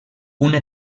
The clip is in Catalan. una